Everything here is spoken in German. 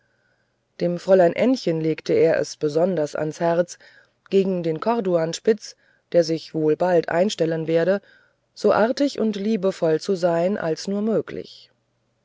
dem fräulein ännchen legte er es besonders ans herz gegen den corduanspitz der sich wohl bald einstellen werde so artig und liebevoll zu sein als nur möglich